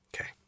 Okay